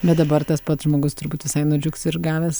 bet dabar tas pats žmogus turbūt visai nudžiugs ir gavęs